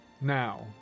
Now